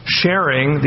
sharing